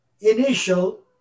initial